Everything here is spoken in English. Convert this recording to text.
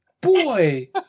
boy